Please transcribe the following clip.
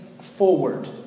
forward